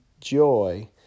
joy